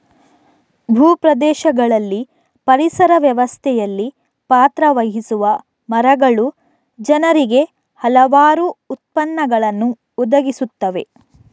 ಭೂ ಪ್ರದೇಶಗಳಲ್ಲಿ ಪರಿಸರ ವ್ಯವಸ್ಥೆಯಲ್ಲಿ ಪಾತ್ರ ವಹಿಸುವ ಮರಗಳು ಜನರಿಗೆ ಹಲವಾರು ಉತ್ಪನ್ನಗಳನ್ನು ಒದಗಿಸುತ್ತವೆ